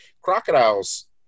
crocodiles